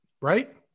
right